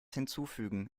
hinzufügen